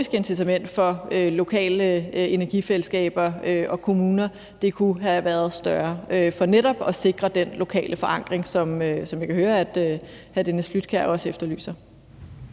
for lokale energifællesskaber og kommuner kunne have været større for netop at sikre den lokale forankring, som jeg kan høre hr. Dennis Flydtkjær også efterlyser.